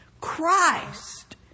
Christ